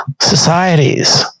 societies